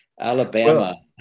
Alabama